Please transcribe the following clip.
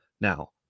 Now